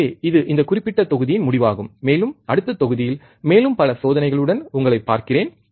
எனவே இது இந்தக் குறிப்பிட்ட தொகுதியின் முடிவாகும் மேலும் அடுத்த தொகுதியில் மேலும் பல சோதனைகள் உடன் உங்களைப் பார்க்கிறேன்